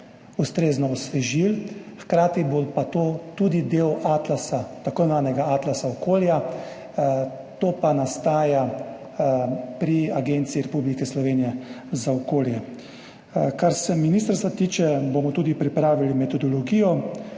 ustrezno osvežili. Hkrati bo pa to tudi del tako imenovanega atlasa okolja, kar pa nastaja pri Agenciji Republike Slovenije za okolje. Kar se ministrstva tiče, bomo tudi pripravili metodologijo,